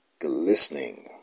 glistening